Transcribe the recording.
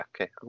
Okay